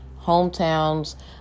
hometowns